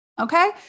Okay